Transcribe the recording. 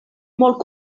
molt